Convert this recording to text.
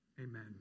Amen